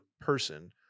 person